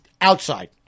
outside